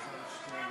להירשם.